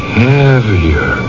heavier